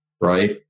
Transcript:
right